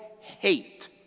hate